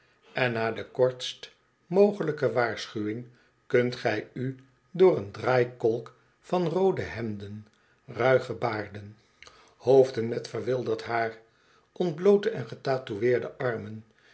en na de kortst mogelijke waarschuwing kunt gij u door een draaikolk van rood e hemden ruige baarden hoofden een reiziger die geen hanel ddrijet met verwilderd haaiy ontbloote en getatoëerde armen